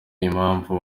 impamvu